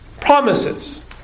Promises